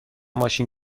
ماشین